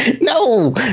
No